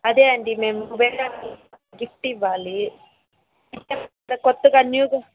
అదే అండి మేము వేరే వాళ్ళకు గిఫ్ట్ ఇవ్వాలి ఇంకా ఇక్కడ కొత్తగా న్యూగా